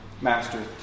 master